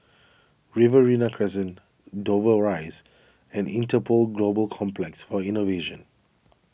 Riverina Crescent Dover Rise and Interpol Global Complex for Innovation